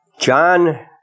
John